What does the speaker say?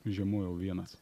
žiemojau vienas